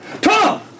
Tom